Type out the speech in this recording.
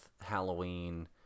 halloween